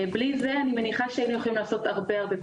בלי זה אני מניחה שהיינו יכולים לעשות הרבה,